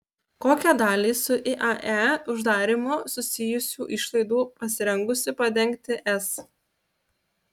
kokią dalį su iae uždarymu susijusių išlaidų pasirengusi padengti es